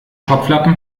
topflappen